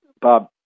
Bob